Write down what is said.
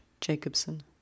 Jacobson